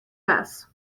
bess